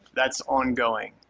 that's ongoing.